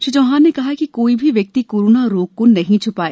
श्री चौहान ने कहा कि कोई भी व्यक्ति कोरोना रोग को नहीं छुपाए